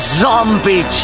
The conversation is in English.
zombie